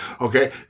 Okay